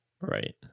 right